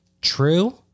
True